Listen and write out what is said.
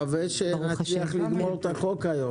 אני מקווה שבקצב הזה נצליח לסיים את החוק היום.